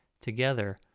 together